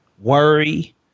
worry